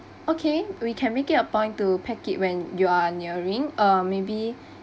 okay we can make it a point to pack it when you're nearing or maybe